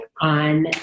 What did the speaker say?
on